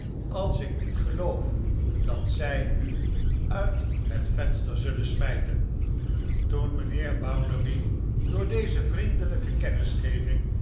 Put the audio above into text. als ik niet geloof dat zij u uit het venster zullen smijten toen mijnheer bounderby door deze vriendelijke